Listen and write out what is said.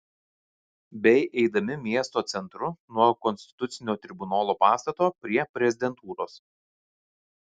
bei eidami miesto centru nuo konstitucinio tribunolo pastato prie prezidentūros